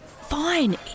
Fine